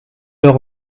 leur